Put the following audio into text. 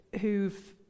who've